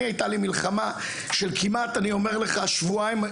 אני הייתה לי מלחמה של כמעט אני אומר לך שבועיים,